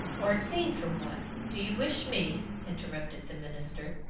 or scenes from one do you wish me, interrupted the minister,